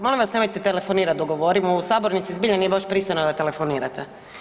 Molim vas, nemojte telefonirati dok govorimo u sabornici, zbilja nije baš pristojno da telefonirate.